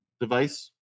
device